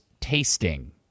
tasting